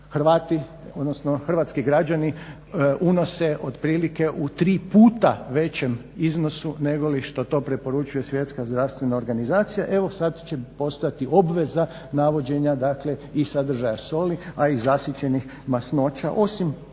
Hrvati, odnosno hrvatski građani unose otprilike u tri puta većem iznosu nego što to preporučuje Svjetska zdravstvena organizacija. Evo sada će postojati obveza navođenja dakle i sadržaja soli a i zasićenih masnoća osim onih